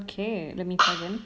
okay let me cousin